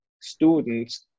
students